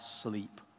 sleep